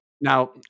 Now